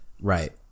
Right